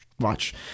Watch